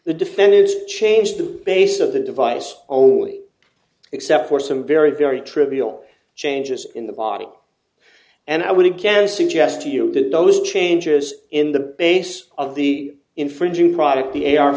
the defendants changed the base of the device only except for some very very trivial changes in the body and i would again suggest to you that those changes in the base of the infringing product the a